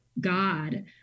God